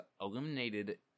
eliminated